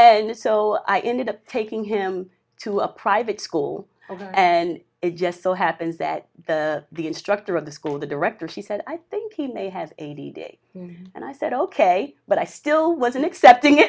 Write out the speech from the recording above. and so i ended up taking him to a private school and it just so happens that the the instructor of the school the director she said i think he may have eighty and i said ok but i still wasn't accepting it